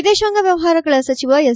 ವಿದೇಶಾಂಗ ವ್ಯವಹಾರಗಳ ಸಚಿವ ಎಸ್